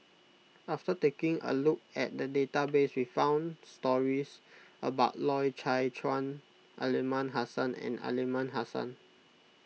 after taking a look at the database we found stories about Loy Chye Chuan Aliman Hassan and Aliman Hassan